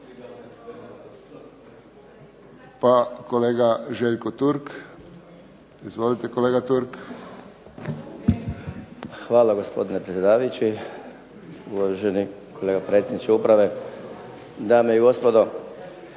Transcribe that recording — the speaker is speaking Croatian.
Pa kolega Željko Turk. Izvolite kolega Turk. **Turk, Željko (HDZ)** Hvala gospodine predsjedavajući, uvaženi kolega predsjedniče uprave, dame i gospodo.